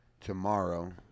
tomorrow